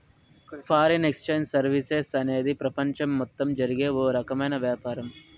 foreign exchange services అనేది ప్రపంచం మొత్తం జరిగే ఓ రకమైన వ్యాపారం